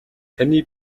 таны